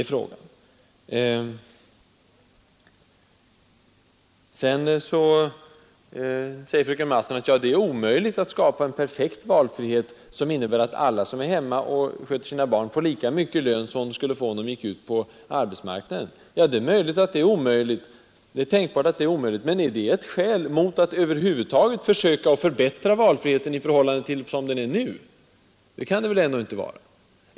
Fröken Mattson säger att det är omöjligt att skapa en perfekt valfrihet som innebär att alla som är hemma och sköter sina barn får lika mycket i lön som de skulle få om de gick ut på arbetsmarknaden, Ja, det är tänkbart att detta är omöjligt, men är det ett skäl mot att över huvud taget försöka förbättra valfriheten i förhållande till vad den nu är? Det kan det väl ändå inte vara.